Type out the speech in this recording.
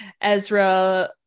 Ezra